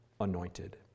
anointed